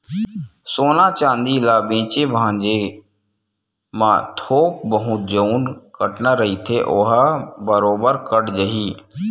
सोना चांदी ल बेंचे भांजे म थोक बहुत जउन कटना रहिथे ओहा बरोबर कट जाही